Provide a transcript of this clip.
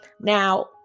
Now